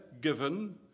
given